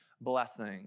blessing